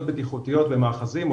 בעיות בטיחותיות במאחזים,